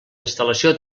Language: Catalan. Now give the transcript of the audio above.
instal·lació